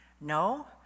No